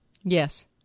Yes